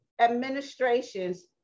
administrations